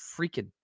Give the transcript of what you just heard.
freaking